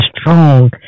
strong